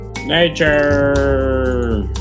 Nature